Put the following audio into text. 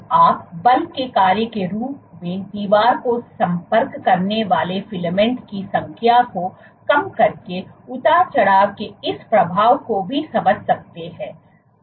तो आप बल के कार्य के रूप में दीवार से संपर्क करने वाले फिल्मेंट की संख्या को कम करके उतार चढ़ाव के इस प्रभाव को भी समझ सकते हैं